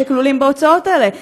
שכלולים בהוצאות האלה.